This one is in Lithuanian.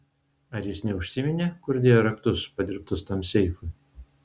ar jis neužsiminė kur dėjo raktus padirbtus tam seifui